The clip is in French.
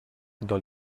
dans